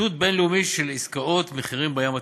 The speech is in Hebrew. ציטוט בין-לאומי של עסקאות מחירים בים התיכון,